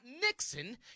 Nixon